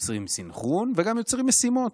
יוצרים סנכרון וגם יוצרים משימות.